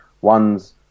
One's